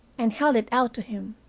and held it out to him.